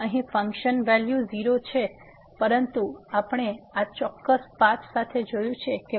તેથી અહીં function value 0 છે પરંતુ આપણે આ ચોક્કસ પાથ સાથે જોયું છે કે વેલ્યુ 4 છે